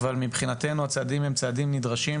מבחינתנו הצעדים הם צעדים נדרשים,